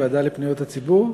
הוועדה לפניות הציבור,